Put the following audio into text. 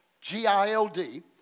G-I-L-D